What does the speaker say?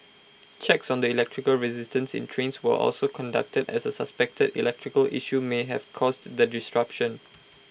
checks on the electrical resistance in trains were also conducted as A suspected electrical issue may have caused the disruption